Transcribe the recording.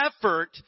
effort